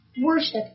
Worship